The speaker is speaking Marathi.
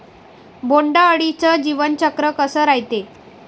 बोंड अळीचं जीवनचक्र कस रायते?